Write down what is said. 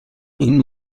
این